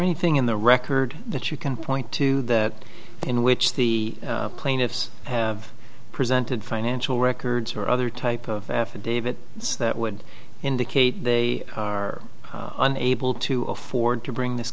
anything in the record that you can point to that in which the plaintiffs have presented financial records or other type of affidavit that would indicate they are unable to afford to bring this